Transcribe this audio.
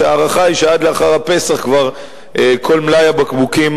וההערכה היא שעד לאחר הפסח כל מלאי הבקבוקים